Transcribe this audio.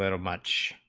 ah much